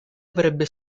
avrebbe